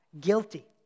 guilty